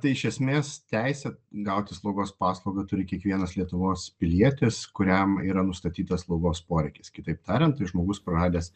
tai iš esmės teisę gauti slaugos paslaugą turi kiekvienas lietuvos pilietis kuriam yra nustatytas slaugos poreikis kitaip tariant tai žmogus praradęs